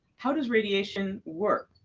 how does radiation work?